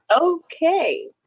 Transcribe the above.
Okay